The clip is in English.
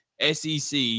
sec